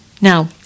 Now